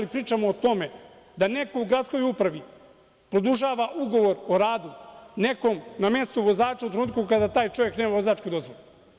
Pričamo o tome da neko u gradskoj upravi produžava ugovor o radu nekome ne mestu vozača u trenutku kada taj čovek nema vozačku dozvolu.